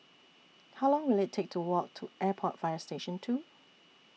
How Long Will IT Take to Walk to Airport Fire Station two